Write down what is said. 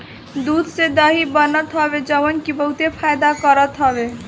दूध से दही बनत हवे जवन की बहुते फायदा करत हवे